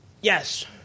Yes